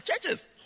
churches